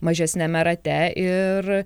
mažesniame rate ir